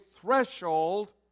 threshold